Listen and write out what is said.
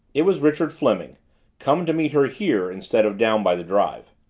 it was richard fleming come to meet her here, instead of down by the drive.